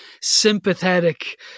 sympathetic